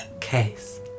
Case